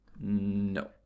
No